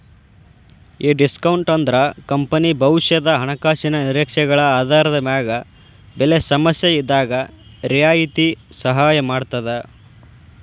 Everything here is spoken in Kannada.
ಈ ಡಿಸ್ಕೋನ್ಟ್ ಅಂದ್ರ ಕಂಪನಿ ಭವಿಷ್ಯದ ಹಣಕಾಸಿನ ನಿರೇಕ್ಷೆಗಳ ಆಧಾರದ ಮ್ಯಾಗ ಬೆಲೆ ಸಮಸ್ಯೆಇದ್ದಾಗ್ ರಿಯಾಯಿತಿ ಸಹಾಯ ಮಾಡ್ತದ